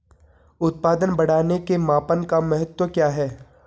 उत्पादन बढ़ाने के मापन का महत्व क्या है?